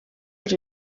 els